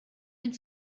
and